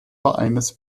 vereines